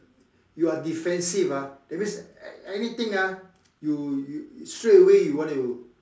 you are defensive ah that means anything ah you you straightaway you want to